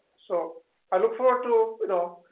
so i look forward to you know,